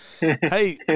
hey